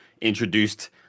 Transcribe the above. introduced